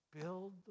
build